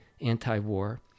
anti-war